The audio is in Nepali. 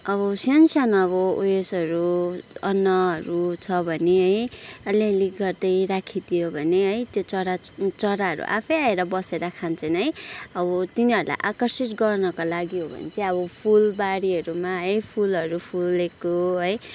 अब सानो सानो अब उयसहरू अन्नहरू छ भने है अलिअलि गर्दै राखिदियो भने है त्यो चरा चु चराहरू आफै आएर बसेर खान्छन् है अब तिनीहरूलाई आकर्षित गर्नको लागि हो भने चाहिँ अब फुलबारीहरूमा है फुलहरू फुलेको है